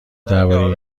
درباره